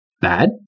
bad